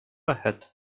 ahead